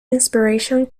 inspiration